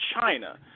China